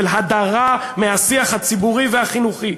של הדרה מהשיח הציבורי והחינוכי,